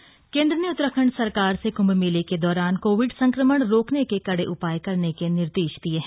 कुंभ मेला केंद्र ने उत्तराखंड सरकार से कुंभ मेले के दौरान कोविड संक्रमण रोकने के कड़े उपाय करने के निर्देश दिये है